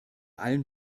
allen